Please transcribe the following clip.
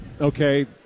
okay